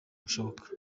bushoboka